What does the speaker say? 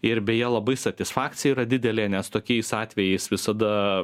ir beje labai satisfakcija yra didelė nes tokiais atvejais visada